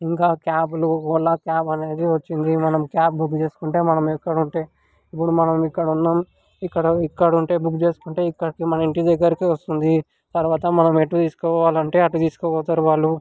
ఇంకా క్యాబులు ఓలా క్యాబ్ అనేది వచ్చింది మనం క్యాబ్ బుక్ చేసుకుంటే మనం ఎక్కడ ఉంటే ఇప్పుడు మనం ఇక్కడున్నాము ఇక్కడ ఇక్కడ ఉంటే బుక్ చేసుకుంటే ఇక్కడికి మన ఇంటి దగ్గరకే వస్తుంది తరువాత మనం ఎటు తీసుకపోవాలంటే అటు తీసుకపోతారు వాళ్ళు